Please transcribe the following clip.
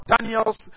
Daniel's